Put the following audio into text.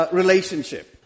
relationship